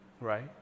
right